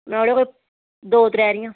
बनानियां कोई दौ त्रै हारियां